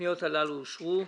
הפניות הללו אושרו.